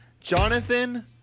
Jonathan